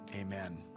Amen